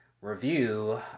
review